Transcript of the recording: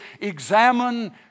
examine